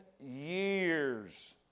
years